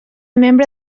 membre